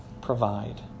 provide